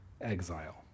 exile